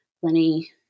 plenty